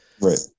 Right